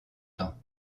temps